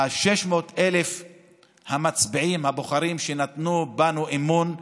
600,000 המצביעים, הבוחרים שנתנו בנו אמון.